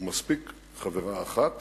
מספיק חברה אחת